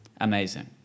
amazing